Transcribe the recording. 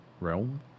Realm